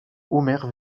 omer